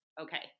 Okay